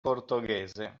portoghese